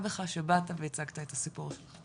בך שבאת והצגת את הסיפור הזה באומץ.